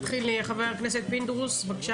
נתחיל עם חבר הכנסת פינדרוס, בבקשה